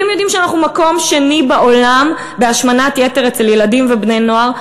אתם יודעים שאנחנו במקום השני בעולם בהשמנת יתר אצל ילדים ובני-נוער?